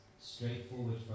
straightforward